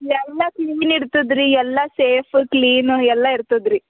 ಎಲ್ಲ ಕ್ಲೀನ್ ಇರ್ತದ್ರಿ ಎಲ್ಲ ಸೇಫ್ ಕ್ಲೀನ್ ಎಲ್ಲ ಇರ್ತದ್ರಿ